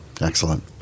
Excellent